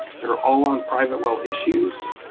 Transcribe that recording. there are all on private well issues.